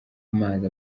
amazi